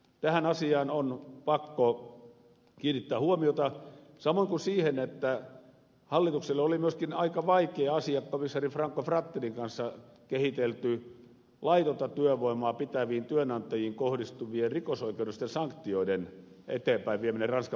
tähän asiaan on pakko kiinnittää huomiota samoin kuin siihen että hallitukselle oli myöskin aika vaikea asia komissaari franco frattinin kanssa kehitelty laitonta työvoimaa pitäviin työnantajiin kohdistuvien rikosoikeudellisten sanktioiden eteenpäinvieminen ranskan puheenjohtajuuskaudella